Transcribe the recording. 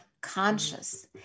conscious